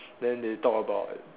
then they talk about